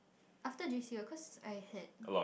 after J_C oh cause I had